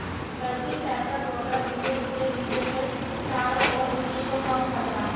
cultipacker roller धीरे धीरे बीजों के चारों ओर मिट्टी को फर्म करता है